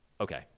okay